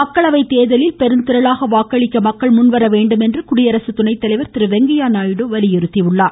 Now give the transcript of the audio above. மக்களவை தேர்தலில் பெருந்திரளாக வாக்களிக்க மக்கள் முன்வரவேண்டும் என்று குடியரசு துணைதலைவர் திரு வெங்கையாநாயுடு வலியுறுத்தியுள்ளார்